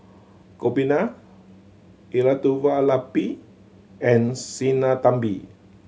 Gopinath Elattuvalapil and Sinnathamby